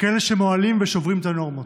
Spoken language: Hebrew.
כאלה שמועלים ושוברים את הנורמות.